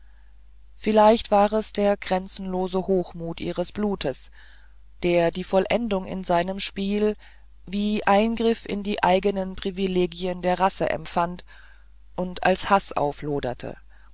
vielleicht war es der grenzenlose hochmut ihres blutes der die vollendung in seinem spiel wie eingriff in die eigenen privilegien der rasse empfand und als haß aufloderte